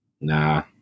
Nah